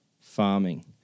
farming